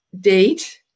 date